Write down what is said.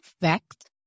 fact